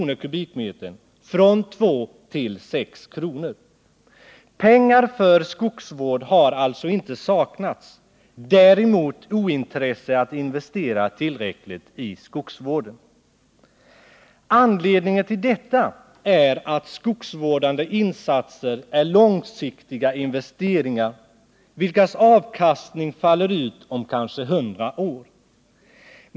per m?, från 2 till 6 kr. Pengar för skogsvård har alltså inte saknats. Däremot har det varit ett ointresse att investera tillräckligt i skogsvården. Anledningen till detta är att skogsvårdande insatser är långsiktiga investeringar, vilka ger avkastning om kanske 100 år.